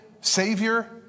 Savior